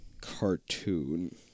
cartoon